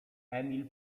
emil